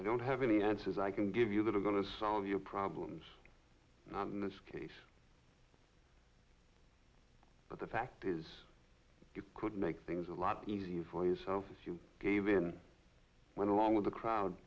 i don't have any answers i can give you that are going to solve your problems not in this case but the fact is it could make things a lot easier for yourself if you gave in went along with the crowd